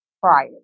prior